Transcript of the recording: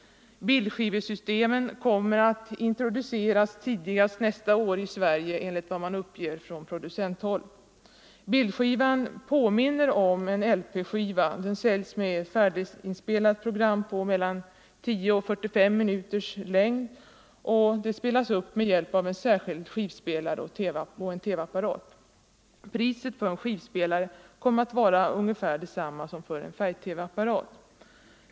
Bildskivesystem kommer att introduceras i Sverige tidigast nästa år, enligt vad som uppges från producenthåll. Bildskivan påminner om en LP-skiva. Den säljs med ett färdiginspelat program på mellan 10 och 45 minuters längd, och det spelas upp med hjälp av en särskild skivspelare och en TV-apparat. Priset för en skivspelare kommer att vara ungefär detsamma som för en färg-TV-apparat.